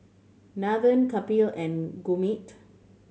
Nathan Kapil and Gurmeet